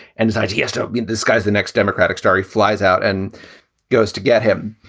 and decides he has to disguise the next democratic star. he flies out and goes to get him.